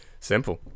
Simple